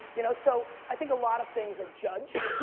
you know so i think a lot of things are judged.